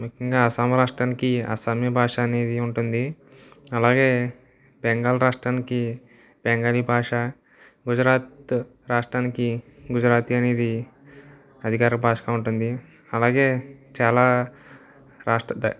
ముఖ్యంగా అస్సాం రాష్ట్రానికి అస్సామీ భాష అనేది ఉంటుంది అలాగే బెంగాల్ రాష్ట్రానికి బెంగాలీ భాష గుజరాత్ రాష్ట్రానికి గుజరాతీ అనేది అధికార భాషగా ఉంటుంది అలాగే చాలా రాష్ట్ర